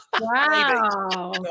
Wow